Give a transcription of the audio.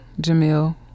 Jamil